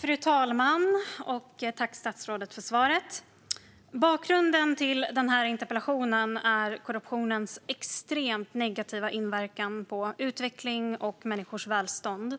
Fru talman! Tack, statsrådet, för svaret! Bakgrunden till den här interpellationen är korruptionens extremt negativa inverkan på utveckling och människors välstånd.